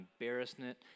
embarrassment